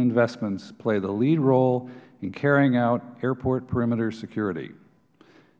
investments play the lead role in carrying out airport perimeter security